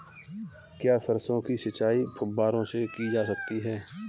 क्या सरसों की सिंचाई फुब्बारों से की जा सकती है?